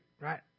right